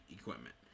equipment